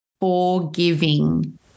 forgiving